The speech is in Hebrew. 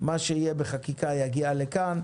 מה שיהיה בחקיקה יגיע לכאן,